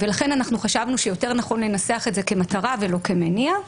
לכן חשבנו שיותר נכון לנסח את זה כמטרה ולא כמניע.